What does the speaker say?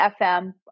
FM